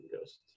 ghosts